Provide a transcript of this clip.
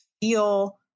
feel